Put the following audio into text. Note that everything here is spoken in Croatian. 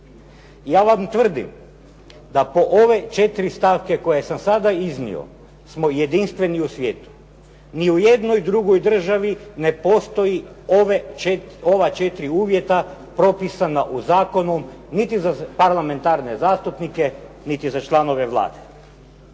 Ja vam tvrdim da po ove 4 stavke koje sam sada iznio smo jedinstveni u svijetu. Ni u jednoj drugoj državi ne postoji ova 4 uvjeta propisana zakonom niti za parlamentarne zastupnike, niti za članove Vlade.